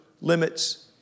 limits